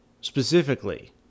specifically